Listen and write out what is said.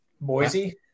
Boise